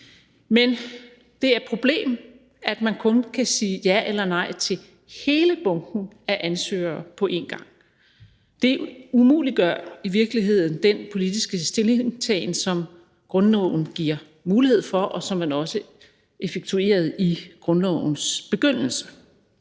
Men det er et problem, at man kun kan sige ja eller nej til hele bunken af ansøgere på en gang. Det umuliggør i virkeligheden den politiske stillingtagen, som grundloven giver mulighed for, og som man også effektuerede i grundlovens begyndelse.